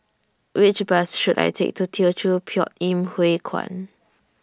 Which Bus should I Take to Teochew Poit Ip Huay Kuan